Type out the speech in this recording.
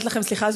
סליחה,